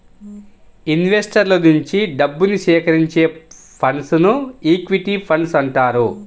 ఇన్వెస్టర్ల నుంచి డబ్బుని సేకరించే ఫండ్స్ను ఈక్విటీ ఫండ్స్ అంటారు